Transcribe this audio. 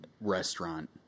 restaurant